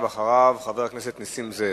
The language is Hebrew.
ואחריו, חבר הכנסת נסים זאב.